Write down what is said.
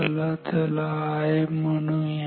चला त्याला I म्हणूया